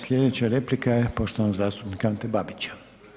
Sljedeća replika je poštovanog zastupnika Ante Babića.